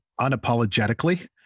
unapologetically